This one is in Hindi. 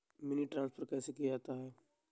मनी ट्रांसफर कैसे किया जा सकता है?